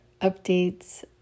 updates